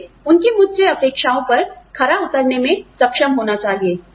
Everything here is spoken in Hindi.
मुझे उनकी मुझ से अपेक्षाओं पर खरा उतरने में सक्षम होना चाहिए